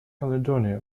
caledonia